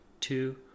two